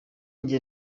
njye